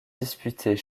disputés